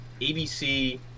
ABC